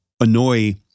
annoy